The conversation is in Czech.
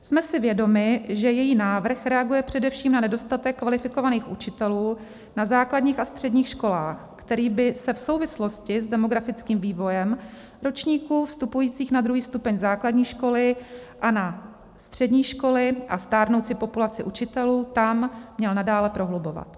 Jsme si vědomi, že její návrh reaguje především na nedostatek kvalifikovaných učitelů na základních a středních školách, který by se v souvislosti s demografickým vývojem ročníků vstupujících na druhý stupeň základní školy a na střední školy a na stárnoucí populaci učitelů tam měl nadále prohlubovat.